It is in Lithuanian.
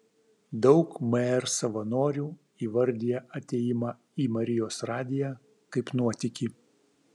daug mr savanorių įvardija atėjimą į marijos radiją kaip nuotykį